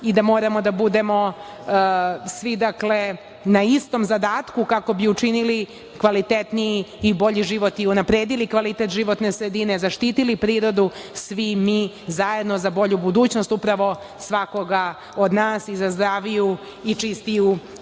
i da moramo da budemo svi dakle, na istom zadatku kako bi učinili kvalitetniji i bolji život i unapredili kvalitet životne sredine, zaštitili prirodu, svi mi zajedno za bolju budućnost upravo svakoga od nas, i za zdraviju i čistiju